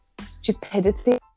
stupidity